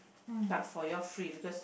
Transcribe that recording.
but for you all free because